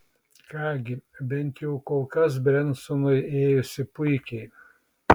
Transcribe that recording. ką gi bent jau kol kas brensonui ėjosi puikiai